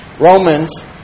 Romans